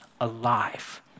alive